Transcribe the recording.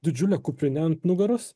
didžiule kuprine ant nugaros